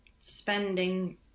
spending